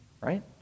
right